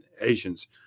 asians